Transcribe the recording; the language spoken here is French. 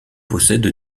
possède